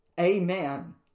Amen